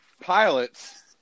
pilots